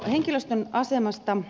henkilöstön asemasta